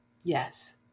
Yes